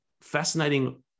fascinating